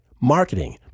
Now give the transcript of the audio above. marketing